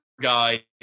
guy